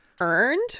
Earned